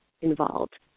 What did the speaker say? involved